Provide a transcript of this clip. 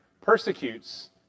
persecutes